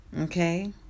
okay